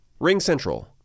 RingCentral